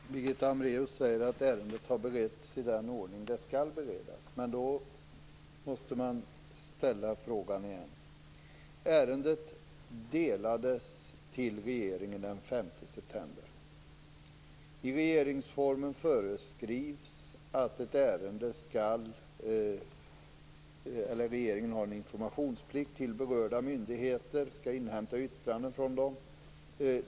Fru talman! Birgitta Hambraeus säger att ärendet har beretts i den ordning som det skall beredas. regeringsformen föreskrivs att regeringen har en informationsplikt när det gäller berörda myndigheter och skall inhämta yttranden från dem.